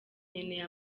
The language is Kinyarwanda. nkeneye